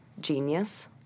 genius